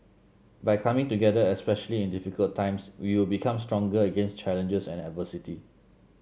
by coming together especially in difficult times we will become stronger against challenges and adversity